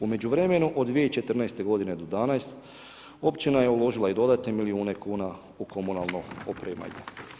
U međuvremenu od 2014. godine do danas općina je uložila i dodatne milijune kuna u komunalno opremanje.